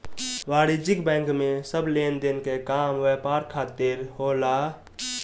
वाणिज्यिक बैंक में सब लेनदेन के काम व्यापार खातिर होला